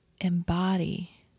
embody